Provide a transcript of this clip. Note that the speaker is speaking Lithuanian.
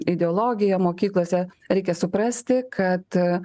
ideologija mokyklose reikia suprasti kad